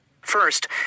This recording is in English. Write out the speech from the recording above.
First